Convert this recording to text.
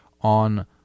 on